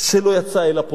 שלא יצא אל הפועל"